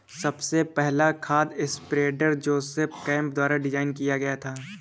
सबसे पहला खाद स्प्रेडर जोसेफ केम्प द्वारा डिजाइन किया गया था